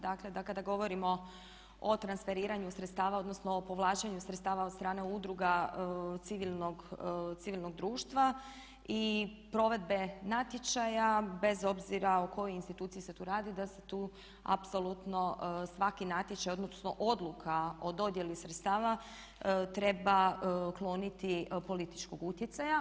Dakle da kada govorimo o transferiranju sredstava odnosno o povlačenju sredstava od strane udruga civilnog društva i provedbe natječaja bez obzira o kojoj instituciji se tu radi da se tu apsolutno svaki natječaj, odnosno odluka o dodjeli sredstava treba kloniti političkog utjecaja.